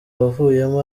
wavuyemo